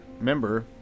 member